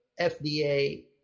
FDA